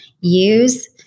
use